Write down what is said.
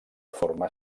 forma